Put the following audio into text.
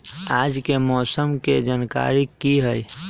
आज के मौसम के जानकारी कि हई?